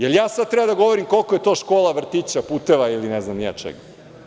Da li ja sada treba da govorim koliko je to škola, vrtića, puteva ili ne znam ni ja čega?